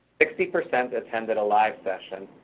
sixty percent attended a live session,